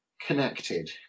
connected